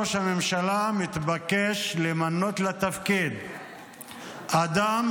ראש הממשלה מתבקש למנות לתפקיד אדם